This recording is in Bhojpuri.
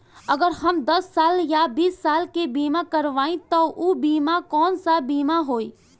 अगर हम दस साल या बिस साल के बिमा करबइम त ऊ बिमा कौन सा बिमा होई?